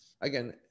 Again